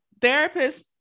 therapists